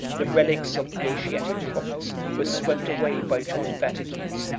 the relics of the asiatic province were swept away by john vataces,